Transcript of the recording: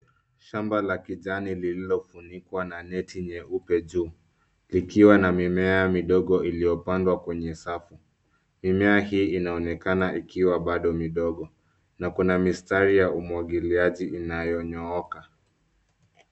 Shamba la kijani lililofunikwa na neti nyeupe juu ikiwa na mimea midogo iliyopandwa kwenye safu. Mimea hii inaonekana ikiwa bado midogo na kuna mistari ya umwagiliaji inayonyooka.